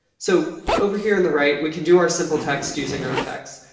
so over here in the right, we can do our simple text using our effects,